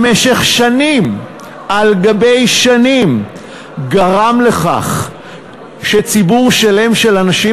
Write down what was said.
במשך שנים על גבי שנים גרם לכך שציבור שלם של אנשים